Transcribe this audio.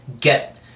get